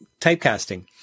typecasting